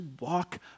walk